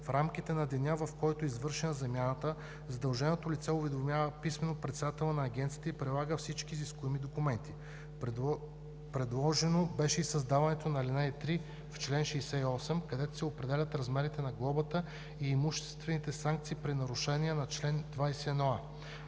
В рамките на деня, в който е извършена замяната задълженото лице уведомява писмено председателя на Агенцията и прилага всички изискуеми документи. Предложено беше и създаването на ал. 3 в чл. 68, където се определят размерите на глобата и имуществените санкции при нарушение на чл. 21а.